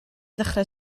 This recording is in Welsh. ddechrau